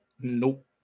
Nope